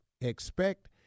expect